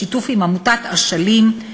בשיתוף עם עמותת "אשלים",